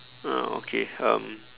uh okay um